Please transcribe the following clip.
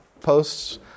posts